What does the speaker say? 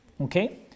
okay